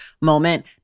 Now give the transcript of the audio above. moment